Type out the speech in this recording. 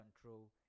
control